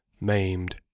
maimed